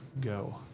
go